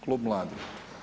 Klub mladih.